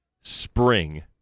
spring